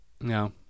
No